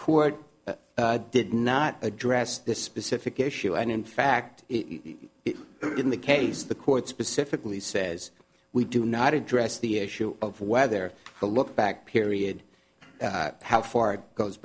court did not address this specific issue and in fact in the case the court specifically says we do not address the issue of whether the lookback period how far it goes